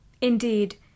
indeed